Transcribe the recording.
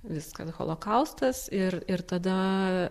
viskas holokaustas ir ir tada